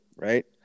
right